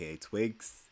Twigs